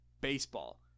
baseball